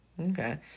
Okay